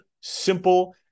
simple